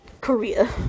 Korea